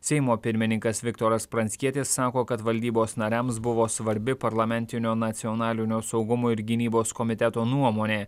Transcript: seimo pirmininkas viktoras pranckietis sako kad valdybos nariams buvo svarbi parlamentinio nacionalinio saugumo ir gynybos komiteto nuomonė